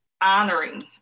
honoring